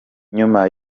nyuma